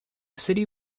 city